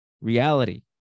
reality